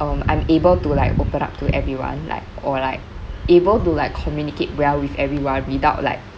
um I'm able to like open up to everyone like or like able to like communicate well with everyone without like